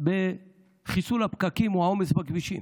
בחיסול הפקקים או העומס בכבישים.